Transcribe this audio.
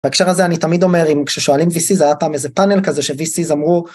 בהקשר הזה אני תמיד אומר אם כששואלים vc זה היה פעם איזה פאנל כזה שvc’s אמרו